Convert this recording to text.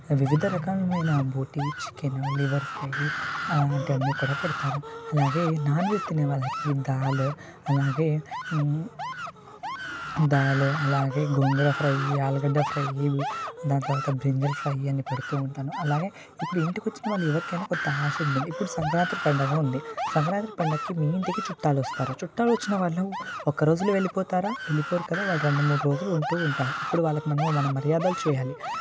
వివిధ రకంగా అయినా బోటీ చికెన్ లివర్ ఫ్రై అటువంటివి అన్నీ కూడా పెడతాను అలాగే నాన్ వెజ్ తినని వాళ్ళుకి దాల్ అలాగే దాల్ అలాగే గోంగూర ఫ్రై ఆలుగడ్డ ఫ్రై దాని తర్వాత బ్రింజాల్ ఫ్రై అని పెడుతు ఉంటాను అలాగే ఇప్పుడు ఇంటికి వచ్చిన వారికి ఎవరికైనా కొంత ఆశ ఉంటుంది ఇప్పుడు సంక్రాంతి పండుగ ఉంది సంక్రాంతి పండక్కి మీ ఇంటికి చుట్టాలు వస్తారు చుట్టాలు వచ్చిన వాళ్ళు ఒక రోజులో వెళ్ళిపోతారా వెళ్ళీ పోరు కదా వాళ్ళు రెండు రోజులు ఉంటూ ఉంటారు అప్పుడు మనం వాళ్ళకి మన మర్యాదలు చేయాలి